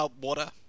Water